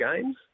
games